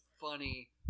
funny